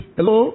Hello